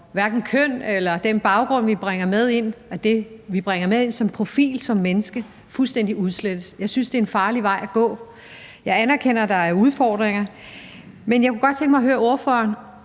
hvor det køn eller den baggrund, vi som menneske bringer med ind som profil, fuldstændig udslettes. Jeg synes, det er en farlig vej at gå. Og jeg anerkender, at der er udfordringer. Men jeg kunne godt tænke mig at høre ordføreren,